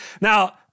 Now